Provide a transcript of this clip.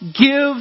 give